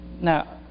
Now